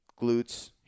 glutes